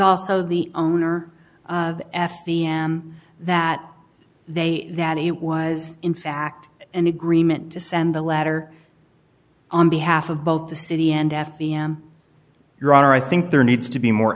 also the owner of f p m that they that it was in fact an agreement to send a letter on behalf of both the city and f e m your honor i think there needs to be more